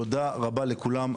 תודה רבה לכולם,